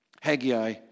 Haggai